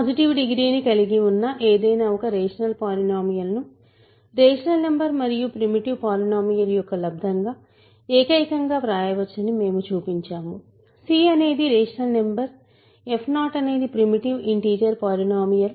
positive డిగ్రీని కలిగి ఉన్న ఏదైనా ఒక రేషనల్ పాలినోమియల్ ను రేషనల్ నంబర్ మరియు ప్రిమిటివ్ పాలినోమియల్ యొక్క లబ్దం గా ఏకైకంయునీక్గా వ్రాయవచ్చని మేము చూపించాము c అనేది రేషనల్ నంబర్ f0 అనేది ప్రిమిటివ్ ఇంటిజర్ పాలినోమియల్